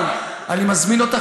אבל אני מזמין אותך,